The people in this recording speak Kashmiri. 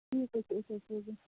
ٹھیٖک حظ چھُ أسۍ حظ سوزو